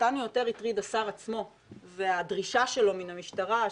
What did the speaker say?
אותנו יותר הטריד השר עצמו והדרישה שלו מן המשטרה,